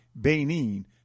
Benin